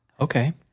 okay